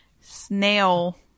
snail